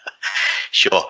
Sure